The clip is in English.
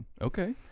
Okay